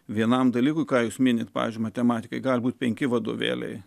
vienam dalykui ką jūs minite pavyzdžiui matematikai galbūt penki vadovėliai